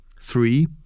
three